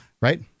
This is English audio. right